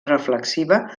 reflexiva